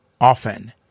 often